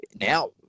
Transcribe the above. now –